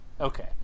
Okay